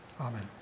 Amen